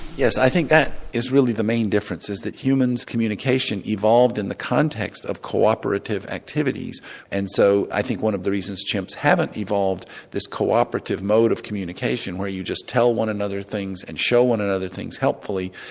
yes, i think that is really the main difference, is that human communication evolved in the context of co-operative activities and so i think one of the reasons chimps haven't evolved this cooperative mode of communication where you just tell one another things and show one another things helpfully,